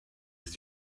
ist